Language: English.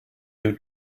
due